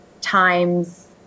times